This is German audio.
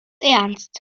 ernst